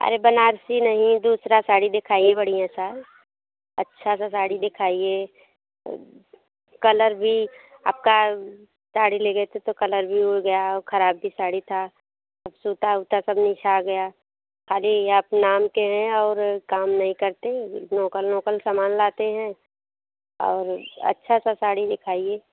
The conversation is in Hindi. अरे बनारसी नहीं दूसरा साड़ी दिखाइए बढ़िया सा अच्छा सा साड़ी दिखाइए कलर भी आपका साड़ी ले गए थे तो कलर भी उड़ गया और खराब भी साड़ी था सब सूता ऊता सब निछा गया खाली आप नाम के हैं और काम नहीं करते लोकल नोकल सामान लाते हैं और अच्छा सा साड़ी दिखाइए